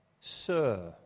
sir